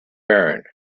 burn